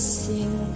sing